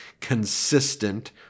consistent